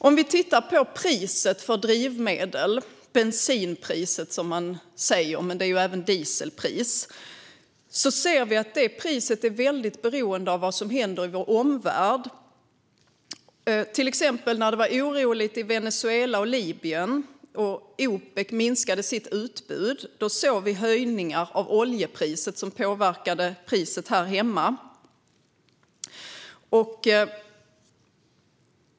Om vi tittar på priset på drivmedel - bensinpriset, som man säger, men det gäller ju även diesel - ser vi att det är väldigt beroende av vad som händer i vår omvärld. Till exempel när det var oroligt i Venezuela och Libyen och Opec minskade sitt utbud såg vi höjningar av oljepriset som påverkade priset här hemma.